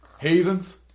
heathens